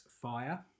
Fire